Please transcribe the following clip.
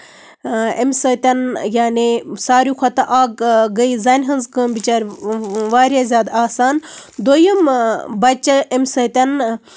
اَمہِ سۭتۍ یعنی ساروٕے کھۄتہٕ اکھ گٔے زَنہِ ہٕنٛز کٲم بِچارِ واریاہ زیادٕ آسان دۄیِم بَچے اَمہِ سۭتۍ